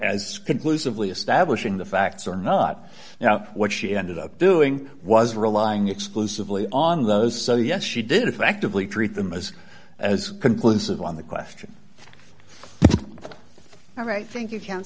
as conclusively establishing the facts or not now what she ended up doing was relying exclusively on those so yes she did effectively treat them as as conclusive on the question all right i think you can